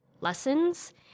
lessons